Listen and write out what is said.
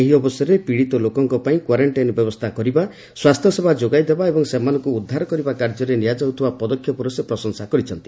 ଏହି ଅବସରରେ ପିଡ଼ିତ ଲୋକଙ୍କ ପାଇଁ କ୍ୱାରେଷ୍ଟାଇନ୍ ବ୍ୟବସ୍ଥା କରିବା ସ୍ୱାସ୍ଥ୍ୟସେବା ଯୋଗାଇ ଦେବା ଏବଂ ସେମାନଙ୍କୁ ଉଦ୍ଧାର କରିବା କାର୍ଯ୍ୟରେ ନିଆଯାଉଥିବା ପଦକ୍ଷେପର ସେ ପ୍ରଶଂସା କରିଛନ୍ତି